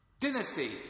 Dynasty